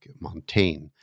Montaigne